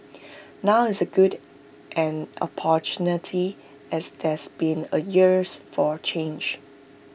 now is A good an opportunity as there's been A years for change